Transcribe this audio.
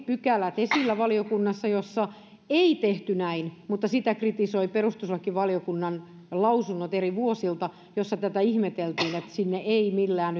pykälät esillä valiokunnassa jossa ei tehty näin mutta sitä kritisoivat perustuslakivaliokunnan lausunnot eri vuosilta joissa ihmeteltiin tätä että ei millään